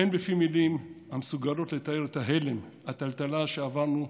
אין בפי מילים המסוגלות לתאר את ההלם והטלטלה שעברנו,